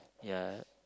ya